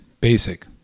basic